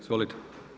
Izvolite.